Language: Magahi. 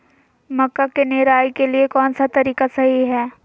मक्का के निराई के लिए कौन सा तरीका सही है?